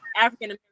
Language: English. African